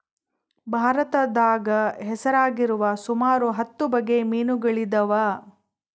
ಭಾರತದಾಗ ಹೆಸರಾಗಿರುವ ಸುಮಾರು ಹತ್ತು ಬಗೆ ಮೀನುಗಳಿದವ